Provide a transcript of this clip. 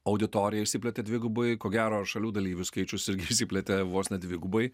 auditorija išsiplėtė dvigubai ko gero šalių dalyvių skaičius irgi išsiplėtė vos ne dvigubai